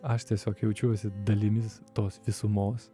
aš tiesiog jaučiuosi dalimis tos visumos